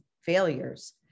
failures